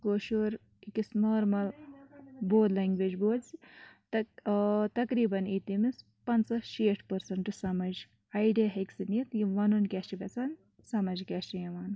کٲشُر أکِس نارمَل بود لنٛگویج بوزِ تق تقریٖباً یی تٔمِس پَنٛژاہ شیٹھ پٔرسَنٛٹ سَمٕجھ آیڈِیا ہیٚکہٕ سُہ نِتھ یِم وَنُن کیٛاہ چھِ یَژھان سَمٕجھ کیٛاہ چھِ یِوان